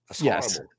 Yes